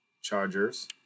Chargers